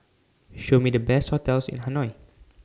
Show Me The Best hotels in Hanoi